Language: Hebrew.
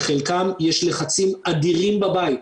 לחלקם יש לחצים אדירים בבית,